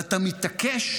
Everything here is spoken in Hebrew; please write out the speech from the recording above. ואתה מתעקש